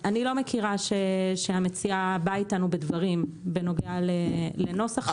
אני לא מכירה שהמציעה באה איתנו בדברים בנוגע לנוסח החקיקה.